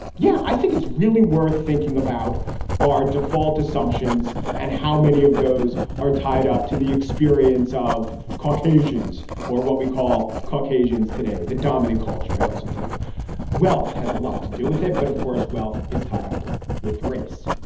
yeah, i think it's really worth thinking about our default assumptions and how many of those are tied up to the experience of caucasians or what we call caucasians today, the dominant culture. i also think wealth has a lot to do with it. but of course, wealth is tied up with race.